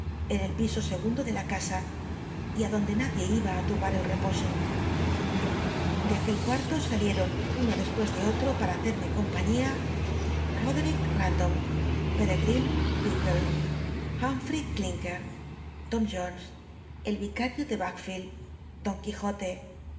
en el piso segundo de la casa y á donde nadie iba á lurbar el cposo de biblioteca nacional de españa david copperfield aquel cuarto salieron uno despues de otro para hacerme compañía roder rando pirli don jon el vicario de lvake ield don quijote